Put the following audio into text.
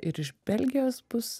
ir iš belgijos bus